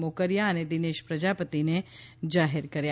મોકરીયા અને દિનેશ પ્રજાપતિને જાહેર કર્યા